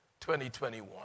2021